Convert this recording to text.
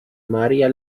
maria